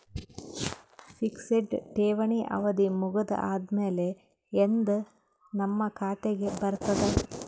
Fixed ಠೇವಣಿ ಅವಧಿ ಮುಗದ ಆದಮೇಲೆ ಎಂದ ನಮ್ಮ ಖಾತೆಗೆ ಬರತದ?